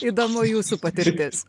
įdomu jūsų patirtis